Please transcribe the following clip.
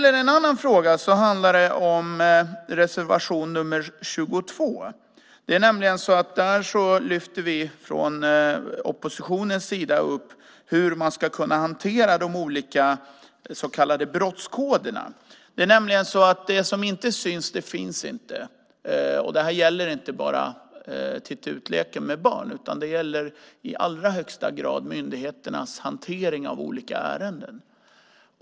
En annan fråga som jag vill ta upp finns i reservation 22. Det är nämligen så att vi från oppositionens sida väcker frågan hur man ska kunna hantera de olika så kallade brottskoderna. Det som inte syns finns inte. Det gäller inte bara tittutleken med barn utan i allra högsta grad myndigheternas hantering av olika ärenden.